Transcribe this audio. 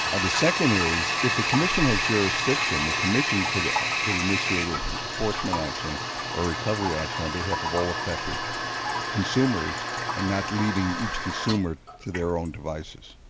ah the second is if the commission has jurisdiction, the commission could could initiate and enforcement action or recovery action on behalf of all affected consumers an not leaving each consumer to their own devices.